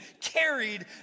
carried